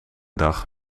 dag